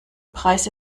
preis